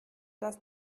das